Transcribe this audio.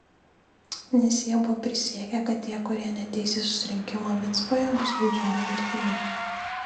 nes jie buvo prisiekę kad tie kurie neateis į susirinkimą micpoje bus baudžiami mirtimi